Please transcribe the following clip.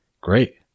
Great